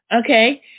Okay